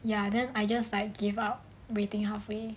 ya then I just like give up waiting halfway